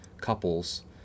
couples